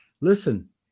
Listen